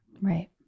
right